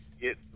get